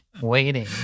waiting